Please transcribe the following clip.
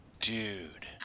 Dude